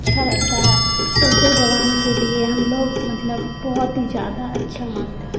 اچھا رہتا ہے اردو زبان کے لیے ہم لوگ مطلب بہت ہی زیادہ اچھا مانتے ہیں